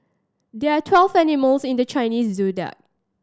there are twelve animals in the Chinese Zodiac